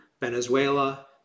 Venezuela